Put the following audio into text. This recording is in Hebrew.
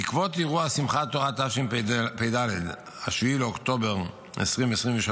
בעקבות אירוע שמחת תורה תשפ"ד, 7 באוקטובר 2023,